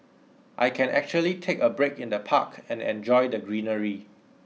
I can actually take a break in the park and enjoy the greenery